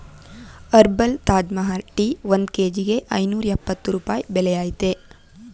herbal Taj Mahal tea ಒಂದ್ ಕೇಜಿಗೆ ಐನೂರ್ಯಪ್ಪತ್ತು ರೂಪಾಯಿ ಬೆಲೆ ಅಯ್ತೇ